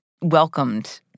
welcomed